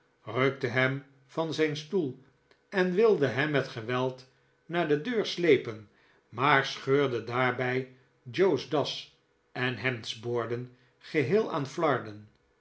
rukte hem van zijn stoel en wilde hem met geweld naar de deur sleepen maar scheurde daarbij joe's das en hemdsboorden geheel aan harden